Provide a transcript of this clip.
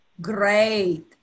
great